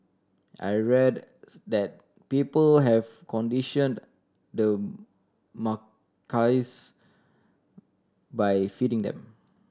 I read that people have conditioned the macaques by feeding them